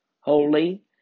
holy